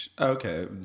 Okay